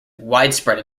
widespread